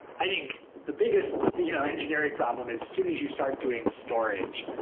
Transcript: i think the biggest you know engineering problem as soon as you start doing storage,